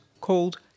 called